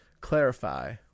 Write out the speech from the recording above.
clarify